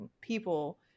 people